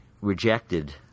rejected